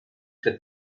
que